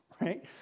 right